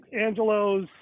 Angelo's